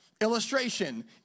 Illustration